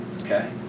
Okay